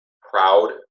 proud